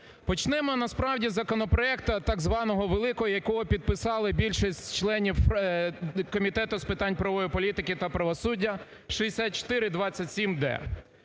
Почнемо, насправді, з законопроекту так званого великого, якого підписали більшість членів Комітету з питань правової політики та правосуддя 6427-д.